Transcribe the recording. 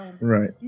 Right